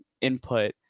input